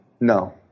No